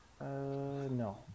no